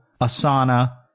Asana